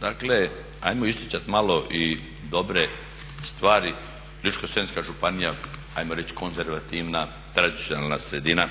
dakle ajmo isticati malo i dobre stvari, Ličko-senjska županija ajmo reći konzervativna, tradicionalna sredina